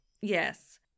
Yes